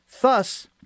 thus